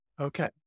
Okay